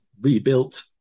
rebuilt